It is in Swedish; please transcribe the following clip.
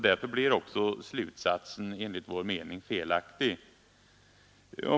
Därför blir också slutsatsen enligt vår mening felaktig.